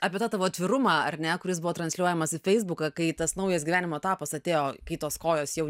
apie tą tavo atvirumą ar ne kuris buvo transliuojamas į feisbuką kai tas naujas gyvenimo etapas atėjo kai tos kojos jau